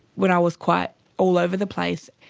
when i was quite all over the place,